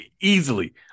Easily